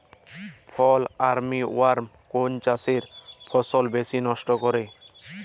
ফল army worm কোন চাষের ফসল বেশি নষ্ট করে?